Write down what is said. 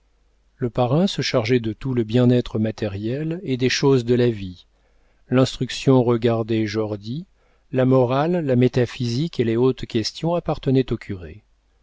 le parrain se chargeait de tout le bien-être matériel et des choses de la vie l'instruction regardait jordy la morale la métaphysique et les hautes questions appartenaient au curé